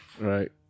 Right